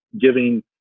giving